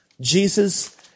Jesus